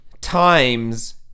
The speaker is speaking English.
times